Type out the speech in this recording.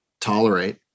tolerate